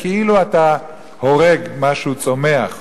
זה כאילו אתה הורג משהו צומח,